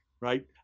Right